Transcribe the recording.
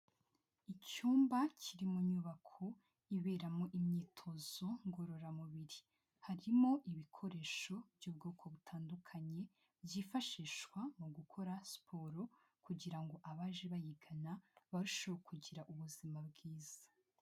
Icyumba kiri mu nyubako iberamo imyitozo ngororamubiri, harimo ibikoresho by'ubwoko butandukanye byifashishwa mu gukora siporo kugira ngo abaje bayigana barusheho kugira ubuzima bwiza.